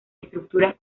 estructuras